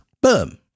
Boom